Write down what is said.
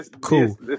cool